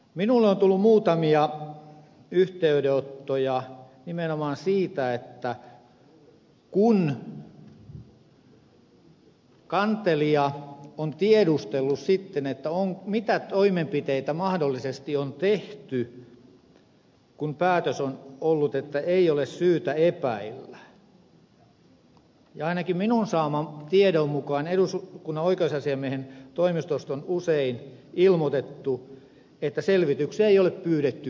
minulle on tullut muutamia yhteydenottoja nimenomaan siitä että kun kantelija on tiedustellut sitten mitä toimenpiteitä mahdollisesti on tehty kun päätös on ollut että ei ole syytä epäillä niin ainakin minun saamani tiedon mukaan eduskunnan oikeusasiamiehen toimistosta on usein ilmoitettu että selvityksiä ei ole pyydetty keneltäkään